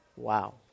Wow